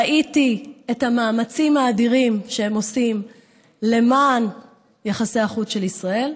ראיתי את המאמצים האדירים שהם עושים למען יחסי החוץ של ישראל.